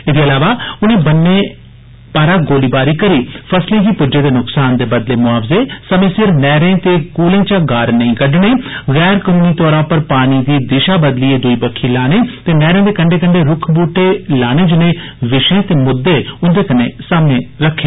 एदे इलावा उनें वन्ने पारा गोलीबारी करी फसलें गी पुज्जे दे नुक्सान र्द बदले मुआवजें समें सिर नैहरें ते क्हूलें चा गारा कड्डने गैर कनूनी तौरा पर पानी दी दिशा बदलीए दुई बेक्खी लाने ते नैहरे दे कंडे कंडे रूक्ख बूहटे लाने जनेह विषय ते मुद्दें उन्दे सामने रक्खे